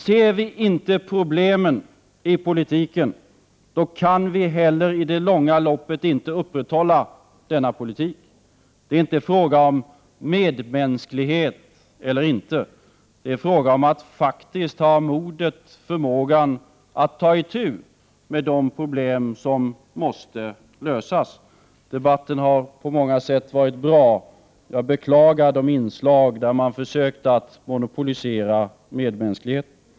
Ser vi inte problemen i politiken kan vi inte heller i det långa loppet upprätthålla denna politik. Det är inte fråga om medmänsklighet eller ej, utan det är fråga om att faktiskt ha modet och förmågan att ta itu med de problem som måste lösas. Debatten i dag har på många sätt varit bra. Jag beklagar dock de inslag där man har försökt monopolisera medmänskligheten.